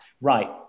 Right